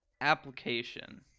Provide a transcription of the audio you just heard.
application